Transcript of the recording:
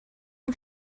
yng